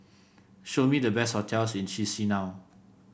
show me the best hotels in Chisinau